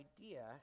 idea